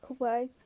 away